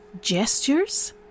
gestures